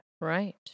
Right